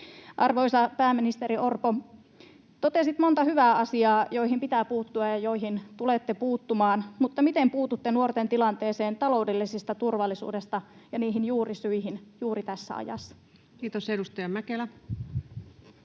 Arvoisa pääministeri Orpo, totesit monta hyvää asiaa, joihin pitää puuttua ja joihin tulette puuttumaan, mutta miten puututte nuorten tilanteeseen taloudellisesta turvallisuudesta ja niihin juurisyihin juuri tässä ajassa? [Speech 61] Speaker: